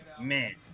Man